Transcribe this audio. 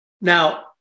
Now